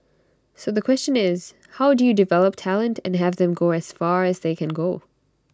so the question is how do you develop talent and have them go as far as they can go